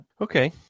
Okay